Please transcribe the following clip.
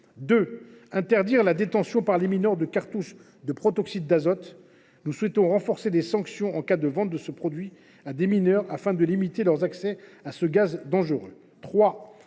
interdire la détention par les mineurs de cartouches de protoxyde d’azote. Nous souhaitons renforcer les sanctions en cas de vente de ce produit à des mineurs afin de limiter leur accès à ce gaz dangereux.